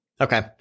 Okay